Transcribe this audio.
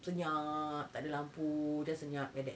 senyap tak ada lampu just senyap like that